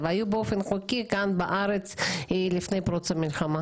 והיו כאן באופן חוקי לפני פרוץ המלחמה.